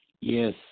Yes